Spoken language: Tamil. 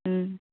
ம்